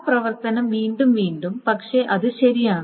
ആ പ്രവർത്തനം വീണ്ടും വീണ്ടും പക്ഷേ അത് ശരിയാണ്